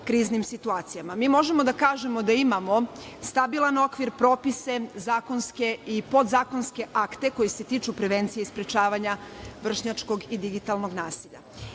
kriznim situacijama. Mi možemo da kažemo da imamo stabilan okvir, propise, zakonske i podzakonske akte koji se tiču prevencije i sprečavanja vršnjačkog i digitalnog nasilja.